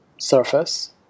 surface